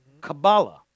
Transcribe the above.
Kabbalah